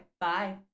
Bye